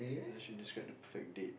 doesn't she describe the perfect date